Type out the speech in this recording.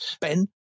Ben